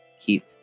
keep